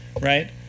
Right